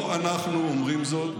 לא אנחנו אומרים זאת,